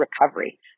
recovery